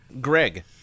Greg